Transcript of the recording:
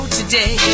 today